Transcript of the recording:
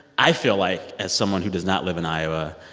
i feel like, as someone who does not live in iowa,